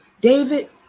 David